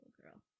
girl